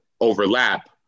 overlap